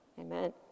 amen